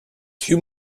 too